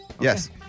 Yes